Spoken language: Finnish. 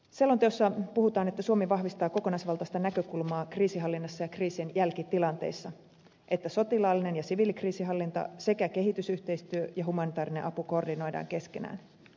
selonteossa puhutaan että suomi vahvistaa kokonaisvaltaista näkökulmaa kriisinhallinnassa ja kriisien jälkitilanteissa että sotilaallinen ja siviilikriisinhallinta sekä kehitysyhteistyö ja humanitaarinen apu koordinoidaan keskenään